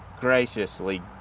graciously